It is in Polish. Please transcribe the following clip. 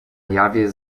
jawie